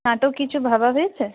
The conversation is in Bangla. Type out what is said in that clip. নাটক কিছু ভাবা হয়েছে